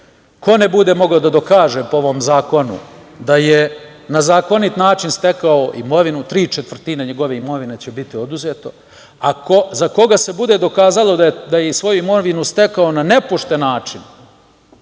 ne bude mogao da dokaže po ovom zakonu da je na zakonit način stekao imovinu, tri četvrtine njegove imovine će biti oduzeto, a za koga se bude dokazalo da je svoju imovinu stekao na nepošten način,